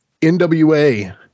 NWA